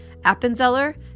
Appenzeller